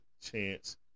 chance